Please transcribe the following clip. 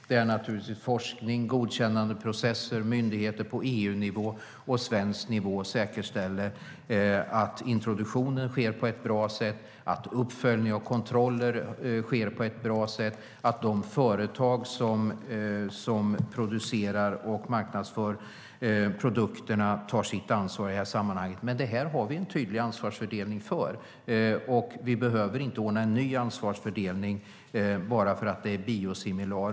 Det gäller forskning och godkännandeprocesser, där myndigheter på EU-nivå och svensk nivå säkerställer att introduktionen, uppföljningar och kontroller sker på ett bra sätt, att de företag som producerar och marknadsför produkterna tar sitt ansvar. Det här har vi en tydlig ansvarsfördelning för. Vi behöver inte ha en ny ansvarsfördelning bara för att det är biosimilarer.